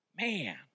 Man